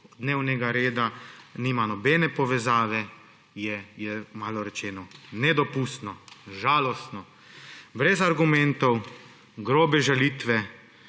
dnevnega reda nima nobene povezave, je malo rečeno nedopustno, žalostno, brez argumentov, grobe žalitve,